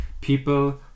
people